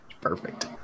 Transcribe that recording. Perfect